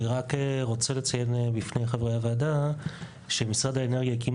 אני רק רוצה לציין בפני חברי הוועדה שמשרד האנרגיה הקים